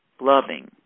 loving